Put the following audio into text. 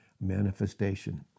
manifestation